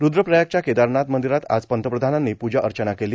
रुद्रप्रयागच्या केदारनाथ मंदीरात आज पंतप्रधानांनी पुजा अर्चना केली